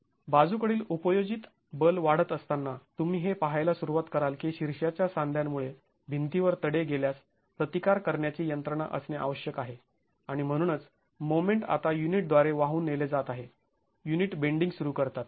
बाजू कडील उपयोजित बल वाढत असताना तुम्ही हे पाहायला सुरुवात कराल की शीर्षाच्या सांध्यांमुळे भिंतीवर तडे गेल्यास प्रतिकार करण्याची यंत्रणा असणे आवश्यक आहे आणि म्हणूनच मोमेंट आता युनिट द्वारे वाहून नेले जात आहे युनिट बेंडींग सुरू करतात